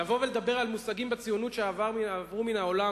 לבוא ולדבר על מושגים בציונות שעברו מן העולם,